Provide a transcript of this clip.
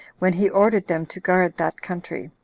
when he ordered them to guard that country